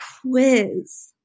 quiz